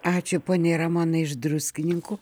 ačiū poniai ramonai iš druskininkų